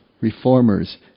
reformers